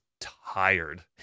tired